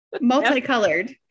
Multicolored